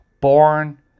born